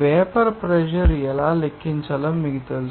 vapour pressure ఎలా లెక్కించాలో మీకు తెలుసు